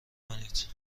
کنید